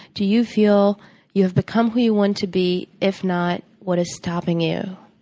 do you feel you have become who you want to be? if not, what is stopping you?